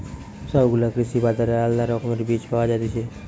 সব গুলা কৃষি বাজারে আলদা রকমের বীজ পায়া যায়তিছে